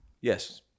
yes